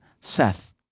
Seth